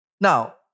Now